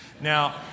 Now